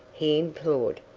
he implored.